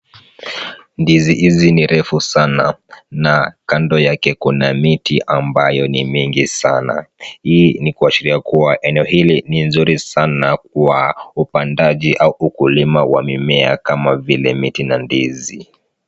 Ndizi hizi ni refu sana na kando yake kuna miti ambayo ni mingi sana. Hii ni kuashiria kuwa eneo hili ni nzuri sana kwa upandaji au ukulima wa mimea kama vile miti na ndizi.